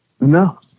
No